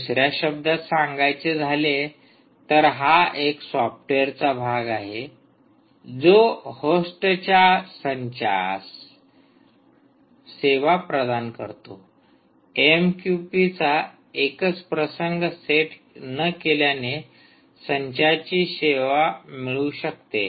दुसऱ्या शब्दात सांगायचे झाले तर हा एक सॉफ्टवेअरचा भाग आहे जो होस्टच्या संचास सेवा प्रदान करतो एएमक्यूपीचा एकच प्रसंग सेट न केल्याने संचाची सेवा मिळू शकते